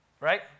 Right